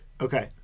Okay